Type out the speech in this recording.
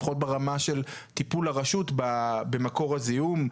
לפחות ברמה של טיפול הרשות במקור הזיהום,